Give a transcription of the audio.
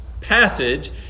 passage